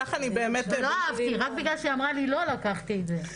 ולא אהבתי; רק בגלל שהיא אמרה לי לא, לקחתי את זה.